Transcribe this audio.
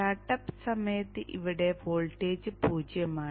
startup സമയത്ത് ഇവിടെ voltage പൂജ്യമാണ്